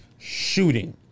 shooting